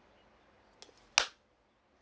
okkay